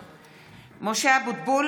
(קוראת בשמות חברי הכנסת) משה אבוטבול,